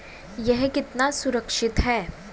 यह कितना सुरक्षित है?